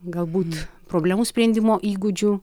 galbūt problemų sprendimo įgūdžių